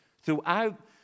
throughout